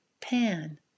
pan